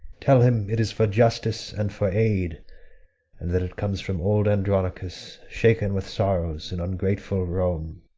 tell him it is for justice and for aid, and that it comes from old andronicus, shaken with sorrows in ungrateful rome.